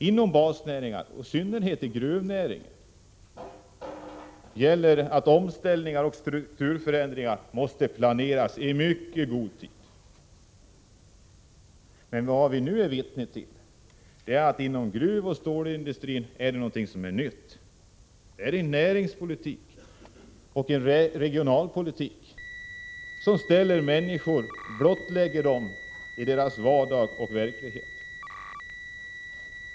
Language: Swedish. Inom basnäringarna och i synnerhet gruvnäringen gäller att omställningar och strukturförändringar måste planeras i mycket god tid. Men det som vi nu ser utspela sig inom gruvoch stålindustrin är något nytt. Det är en näringsoch regionalpolitik som blottställer människor i deras vardagliga tillvaro.